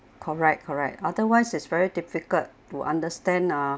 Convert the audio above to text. correct correct otherwise it's very difficult to understand uh